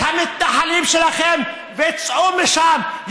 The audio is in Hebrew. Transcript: את המתנחלים שלכם וצאו משם.